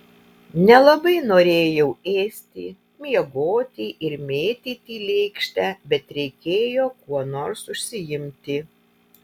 nelabai norėjau ėsti miegoti ir mėtyti lėkštę bet reikėjo kuo nors užsiimti